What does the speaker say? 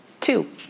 Two